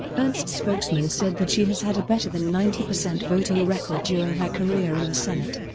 ernst's spokesman said that she has had a better than ninety percent voting record during her career in the senate